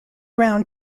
round